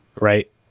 Right